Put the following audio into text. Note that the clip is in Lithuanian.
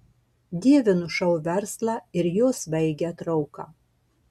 dievinu šou verslą ir jo svaigią trauką